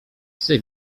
chce